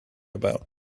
about